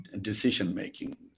decision-making